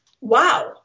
wow